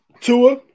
Tua